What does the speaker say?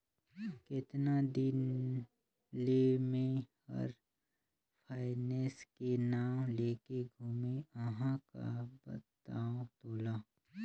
केतना दिन ले मे हर फायनेस के नाव लेके घूमें अहाँ का बतावं तोला